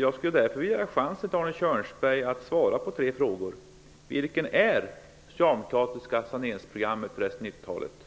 Jag skulle därför vilja ge Arne Kjörnsberg chansen att svara på tre frågor: 1. Vad är det socialdemokratiska saneringsprogrammet för resten av 90-talet? 2.